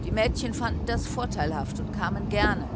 bekümmert hatte fanden das vorteilhaft und kamen gerne